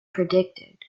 predicted